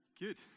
good